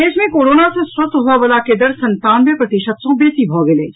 प्रदेश मे कोरोना सँ स्वस्थ होबयवला के दर संतानवे प्रतिशत सँ बेसी भऽ गेल अछि